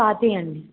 స్వాతి అండి